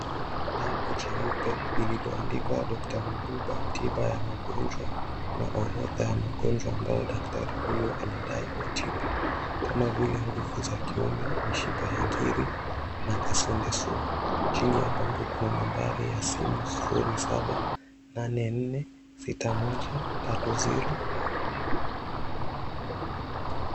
Bango jeupe lililoandikwa Doctor Mduba, tiba ya magonjwa, na orodha ya magonjwa ambayo daktari huyu anadai kujibu. Kama vile nguvu za kiume, mishipa ya ngiri, na kaswende sugu. Chini ya bango kuna nambari ya simu 07886130.